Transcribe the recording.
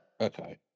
Okay